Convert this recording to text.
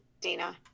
Dina